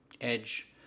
edge